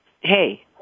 Hey